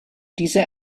dieser